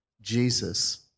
Jesus